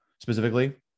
specifically